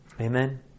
Amen